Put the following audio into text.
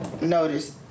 notice